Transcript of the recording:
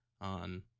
on